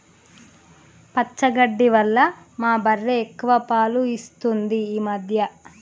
పచ్చగడ్డి వల్ల మా బర్రె ఎక్కువ పాలు ఇస్తుంది ఈ మధ్య